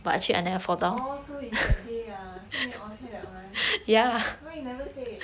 orh so is that day ah so many orh cheh that one why you never say